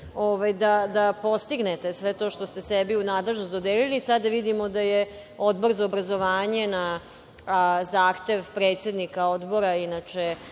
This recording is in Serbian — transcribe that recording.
da postignete sve to što ste sebi u nadležnost dodelili. Sada vidimo da je Odbor za obrazovanje na zahtev predsednika Odbora, inače